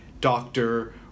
doctor